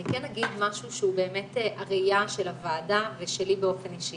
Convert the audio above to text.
אני כן אגיד משהו שהוא הראייה של הוועדה ושלי באופן אישי.